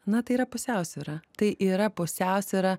na tai yra pusiausvyra tai yra pusiausvyra